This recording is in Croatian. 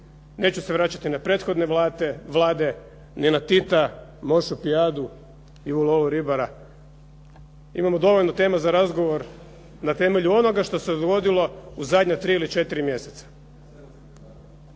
Neću se vraćati na prethodne vlade, ni na Tita …/Govornik se ne razumije./… imao dovoljno tema za razgovor na temelju onoga što se dogodilo u zadnja tri ili četiri mjeseca.